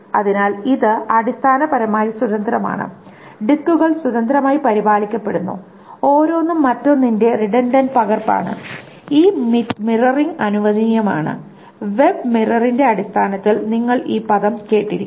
അതിനാൽ ഇത് അടിസ്ഥാനപരമായി സ്വതന്ത്രമാണ് ഡിസ്കുകൾ സ്വതന്ത്രമായി പരിപാലിക്കപ്പെടുന്നു ഓരോന്നും മറ്റൊന്നിന്റെ റിഡണ്ടന്റ് പകർപ്പാണ് ഈ മിററിംഗ് അനുവദനീയമാണ് വെബ് മിററിന്റെ അടിസ്ഥാനത്തിൽ നിങ്ങൾ ഈ പദം കേട്ടിരിക്കാം